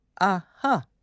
aha